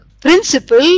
principle